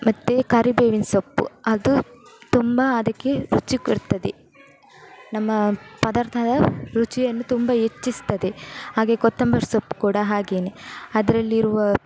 ಮತ್ತೆ ಕರಿಬೇವಿನ ಸೊಪ್ಪು ಅದು ತುಂಬ ಅದಕ್ಕೆ ರುಚಿ ಕೊಡ್ತದೆ ನಮ್ಮ ಪದಾರ್ಥದ ರುಚಿಯನ್ನು ತುಂಬ ಹೆಚ್ಚಿಸ್ತದೆ ಹಾಗೆ ಕೊತ್ತಂಬರಿ ಸೊಪ್ಪು ಕೂಡ ಹಾಗೆಯೇ ಅದರಲ್ಲಿರುವ